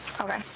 Okay